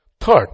third